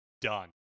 done